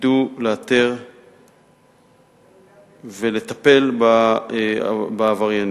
ידעו לאתרן ולטפל בעבריינים.